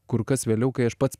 kur kas vėliau kai aš pats